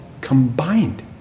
combined